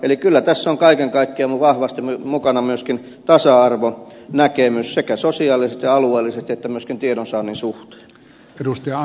eli kyllä tässä on kaiken kaikkiaan vahvasti mukana myöskin tasa arvonäkemys sekä sosiaalisesti ja alueellisesti että myöskin tiedonsaannin suhteen